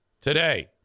today